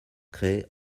créées